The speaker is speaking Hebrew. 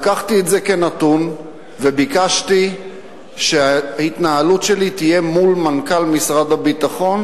לקחתי את זה כנתון וביקשתי שההתנהלות שלי תהיה מול מנכ"ל משרד הביטחון,